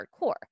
hardcore